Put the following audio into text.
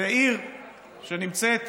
בעיר שנמצאת